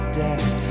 decks